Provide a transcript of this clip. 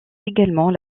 également